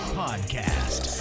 podcast